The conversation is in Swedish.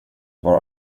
var